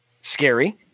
scary